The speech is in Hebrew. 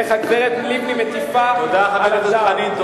איך הגברת מטיפה, תודה, חבר הכנסת חנין.